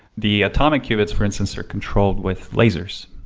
the atomic qubits for instance are controlled with lasers.